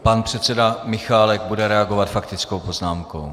Pan předseda Michálek bude reagovat faktickou poznámkou.